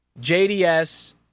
JDS